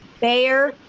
Bayer